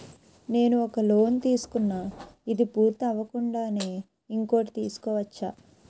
నేను ఒక లోన్ తీసుకున్న, ఇది పూర్తి అవ్వకుండానే ఇంకోటి తీసుకోవచ్చా?